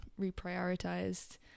reprioritized